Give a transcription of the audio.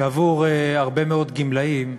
שעבור הרבה מאוד גמלאים,